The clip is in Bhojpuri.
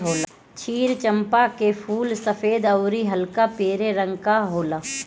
क्षीर चंपा के फूल सफ़ेद अउरी हल्का पियर रंग के होला